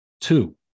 Two